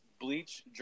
bleach